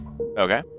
Okay